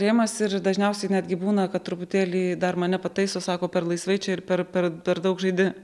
rėmas ir dažniausiai netgi būna kad truputėlį dar mane pataiso sako per laisvai čia ir per per per daug žaidi